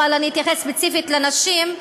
אבל אני אתייחס ספציפית לנשים,